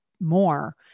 more